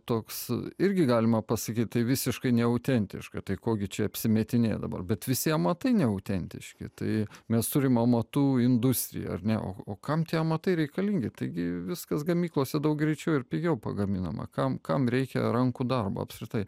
toks irgi galima pasakyti visiškai neautentiška tai ko gi čia apsimetinėti dabar bet visi amatai neautentiški tai mes turim amatų industriją ar ne o kam tie amatai reikalingi taigi viskas gamyklose daug greičiau ir pigiau pagaminama kam kam reikia rankų darbo apskritai